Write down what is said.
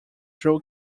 drew